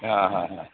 हां हां हां